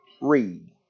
read